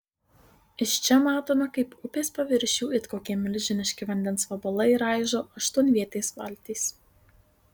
iš čia matome kaip upės paviršių it kokie milžiniški vandens vabalai raižo aštuonvietės valtys